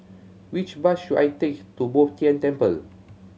which bus should I take to Bo Tien Temple